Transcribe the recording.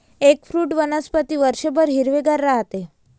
eggfruit वनस्पती वर्षभर हिरवेगार राहते